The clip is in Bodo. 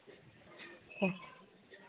अ